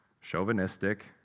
chauvinistic